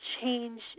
change